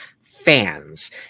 fans